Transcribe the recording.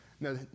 Now